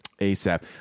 ASAP